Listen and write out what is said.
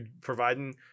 providing